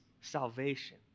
salvation